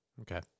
Okay